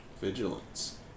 Vigilance